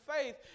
faith